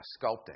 sculpting